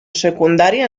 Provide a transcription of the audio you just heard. secundaria